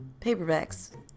paperbacks